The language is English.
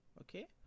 Okay